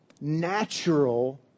natural